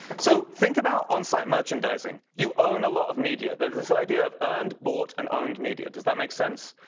so think about on site merchandising. you own a lot of media. there's this idea of earned, bought, and owned media. does that make sense?